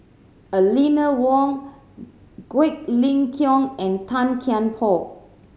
Eleanor Wong Quek Ling Kiong and Tan Kian Por